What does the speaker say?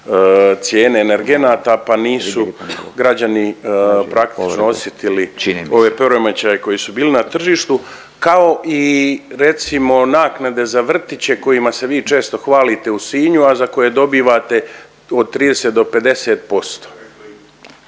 cijene energenata pa nisu građani praktično osjetili ove poremećaje koji su bili na tržištu, kao i recimo, naknade za vrtiće, kojima se vi često hvalite u Sinju, a za koje dobivate od 30 do 50%.